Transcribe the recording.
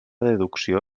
deducció